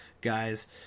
guys